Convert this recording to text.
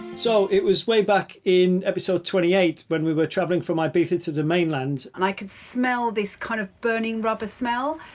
so it was way back in episode twenty eight when we were traveling for my ibiza to the mainland. and i could smell this kind of burning rubber smell.